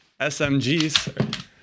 SMGs